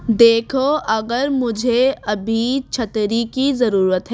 دیکھو اگر مجھے ابھی چھتری کی ضرورت ہے